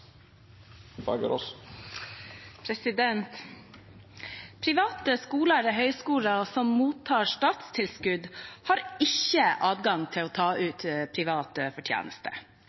Private skoler eller høyskoler som mottar statstilskudd, har ikke adgang til å ta ut privat fortjeneste.